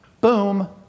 Boom